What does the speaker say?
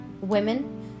women